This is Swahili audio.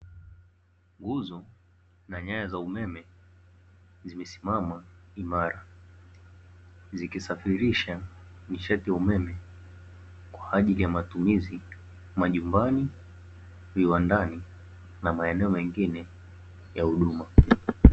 Nguzo na nyaya za umeme zimesimama imara zikisafirisha nishati ya umeme kwa ajili ya matumizi majumbani, viwandani na maeneo mengine ya huduma.